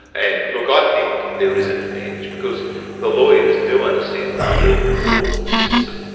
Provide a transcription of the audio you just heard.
and look, i think there is an advantage because the lawyers do understand the law, the courts, the system,